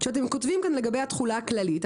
שאתם כותבים לגבי התחולה הכללית: